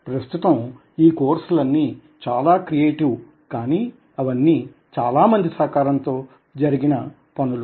ప్రస్థుతం ఈ కోర్సులన్నీ చాలా క్రియేటివ్ కానీ అవన్ని చాలా మంది సహకారంతో జరిగిన పనులు